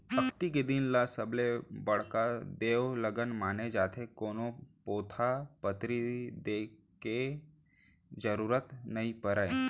अक्ती के दिन ल सबले बड़का देवलगन माने जाथे, कोनो पोथा पतरी देखे के जरूरत नइ परय